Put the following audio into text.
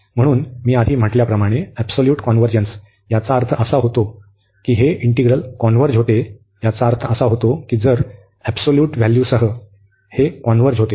म्हणून मी आधी म्हटल्याप्रमाणे एबसोल्यूट कॉन्व्हर्जन्स याचा अर्थ असा होतो की हे इंटिग्रल कॉन्व्हर्ज होते याचा अर्थ असा होतो की जर एबसोल्यूट व्हॅल्यूसह जर हे कॉन्व्हर्ज होते